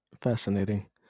Fascinating